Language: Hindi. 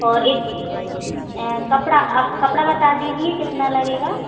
और एक कपड़ा आप कपड़ा बता दीजिए कितना लगेगा